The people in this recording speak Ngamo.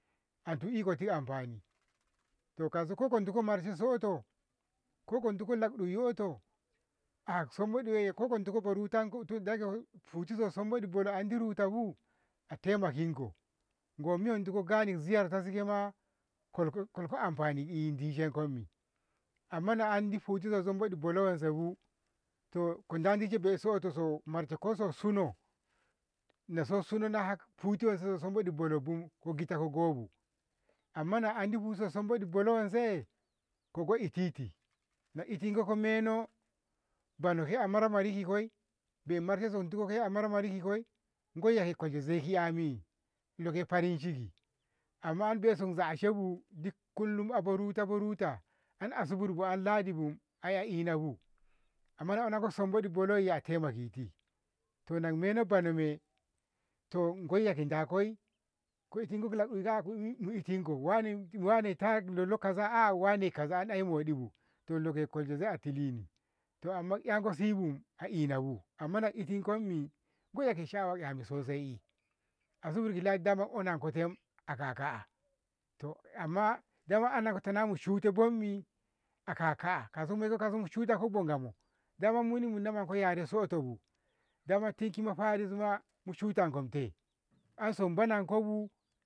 A ikoti amfani to kauso ko kontu marshessoto ko kontu ko laktu yotto a sumbodi wanye ko kontu koborutanku futti so sumbodi bolo andi rutabu ataimakin ko gomiyago indiko ziyartasi kema kolko kolko amfani dishenkobu to amma na andi futti so sumbodi bolo wansebu to koda dishe be'isoto so marsheko ko so suno, naso suno nahak futti so sumboɗi bolobu ko gitta gobu amma na andi futti so sumboɗi bolo wanse kogo eti ti, na itingo ko meno bano ke a marmari ki koi be'i marsheshe so sentiko ke a marmariki koi, gwaiyake akwalshe zai 'yami loke farin ciki amma so za'ashebu dik kullum abo ruta ba ruta an Asubur bu an Lahdi bu ai a inabu amma na onatko sumboɗi bolo wayya a taimaketi to na meno bonome to koiya dakoi ko itinkoi lakɗu ka mu- mu itinko wane- wane ta lolo kaza, ah wane kaza ai moɗibu to doloke kwalti zai a tilini amma 'yanko sibu a inabu amma na itinkommi koiya ki sha'awanni sosai. Asubur ki lahdi daman onankoti te aka ka'a to amma dama anankota na mushuta bommi aka ka'a kausomo mushuntonko bo Ngamo, dama muni munamonko yaressoto bu dama tinki mafarinsu ma mushukomte ansumbo nanko bu